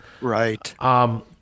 Right